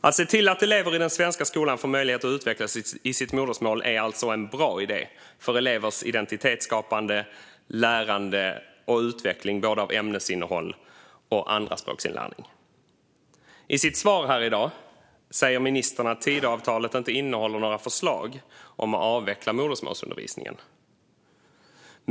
Att se till att elever i den svenska skolan får möjlighet att utvecklas i sitt modersmål är alltså en bra idé för elevers identitetsskapande, lärande och utveckling i både ämnesinnehåll och andraspråksinlärning. I sitt svar här i dag säger ministern att Tidöavtalet inte innehåller några förslag om att avveckla modersmålsundervisningen.